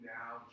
now